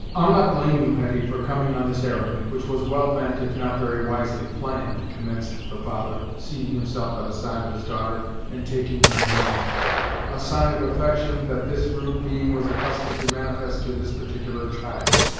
i'll not blame you, hetty, for coming on this errand, which was well meant if not very wisely planned, commenced the father, seating himself by the side of his daughter and taking her hand a sign of affection that this rude being was accustomed to manifest to this particular child.